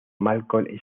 malcolm